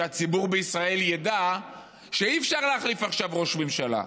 שהציבור בישראל ידע שאי-אפשר להחליף עכשיו ראש ממשלה.